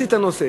מסיט את הנושא,